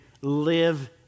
live